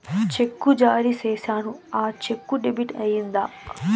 చెక్కు జారీ సేసాను, ఆ చెక్కు డెబిట్ అయిందా